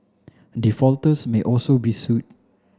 defaulters may also be sued